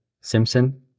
Simpson